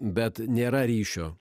bet nėra ryšio